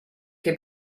che